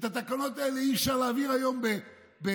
את התקנות האלה אי-אפשר להעביר היום בוועדה.